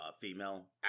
female